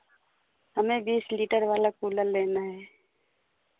हमें बीस लीटर वाला कूलर लेना है